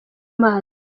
maso